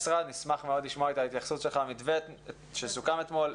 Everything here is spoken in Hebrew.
נשמח לשמוע את ההתייחסות שלך למתווה שסוכם אתמול.